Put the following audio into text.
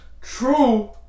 True